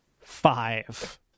Five